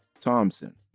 Thompson